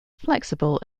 flexible